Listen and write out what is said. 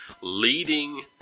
leading